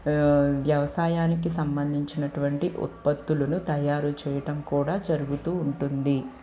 వ్యవసాయానికి సంబంధించినటువంటి ఉత్పత్తులను తయారు చేయటం కూడ జరుగుతూ ఉంటుంది